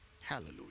Hallelujah